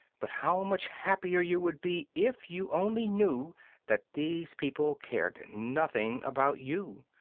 but how much happier you would be if you only knew that these people cared nothing about you!